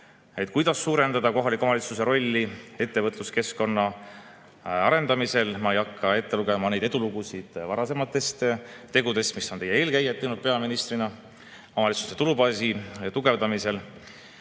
kuidas suurendada kohaliku omavalitsuse rolli ettevõtluskeskkonna arendamisel. Ma ei hakka ette lugema neid edulugusid varasematest tegudest, mis on teie eelkäijad teinud peaministrina omavalitsuste tulubaasi tugevdamisel.